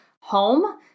home